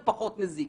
הוא פחות מזיק.